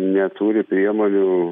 neturi priemonių